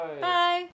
Bye